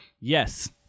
yes